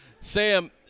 Sam –